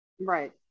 Right